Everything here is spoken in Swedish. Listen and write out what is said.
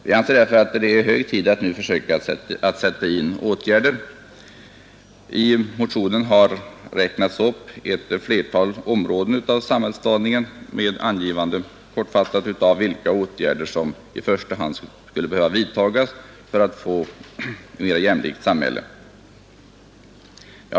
Vi anser alltså att det nu är hög tid att sätta in åtgärder. I motionen uppräknas ett flertal områden av samhällsdaningen med angivande i korthet av vilka åtgärder som i första hand bör vidtas för att åstadkomma ett mer jämlikt samhälle.